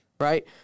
right